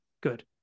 Good